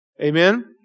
Amen